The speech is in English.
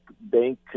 bank